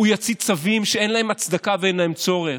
הוא יוציא צווים שאין להם הצדקה ואין להם צורך,